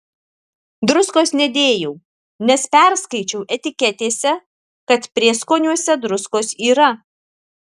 druskos nedėjau nes perskaičiau etiketėse kad prieskoniuose druskos yra